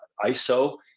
iso